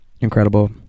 Incredible